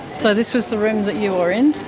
so this was the room that you were in